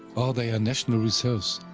or they are national reserves,